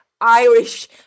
Irish